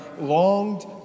longed